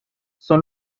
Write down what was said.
son